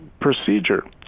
procedure